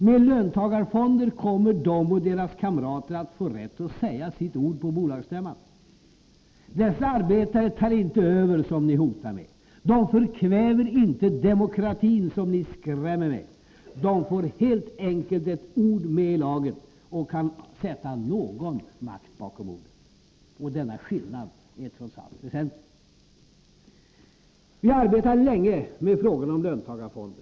Med löntagarfonder kommer de och deras kamrater att få rätt att säga sitt ord på bolagsstämman. Dessa arbetare tar inte över, som ni hotar med. De förkväver inte demokratin, som ni skrämmer med. De får helt enkelt ett ord med i laget och kan sätta någon makt bakom orden. Denna skillnad är trots allt väsentlig. Vi har arbetat länge med frågan om löntagarfonder.